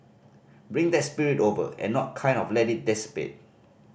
bring that spirit over and not kind of let it dissipate